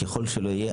ככל שלא יהיה,